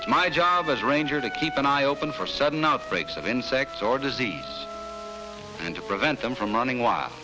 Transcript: it's my job as ranger to keep an eye open for sudden outbreaks of insects or disease and to prevent them from running wild